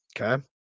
Okay